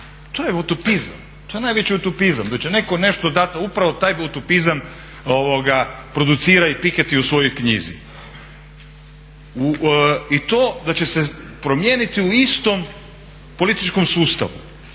To je utupizam, to je najveći utupizam da će netko nešto dati a upravo taj utupizam producira i piketty u svojoj knjizi. I to da će se promijeniti u istom političkom sustavu.